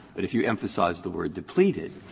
but if you emphasize the word depleted,